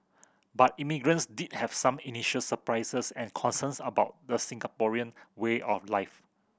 but immigrants did have some initial surprises and concerns about the Singaporean way of life